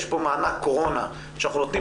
יש פה מענק קורונה שאנחנו נותנים